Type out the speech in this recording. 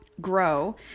grow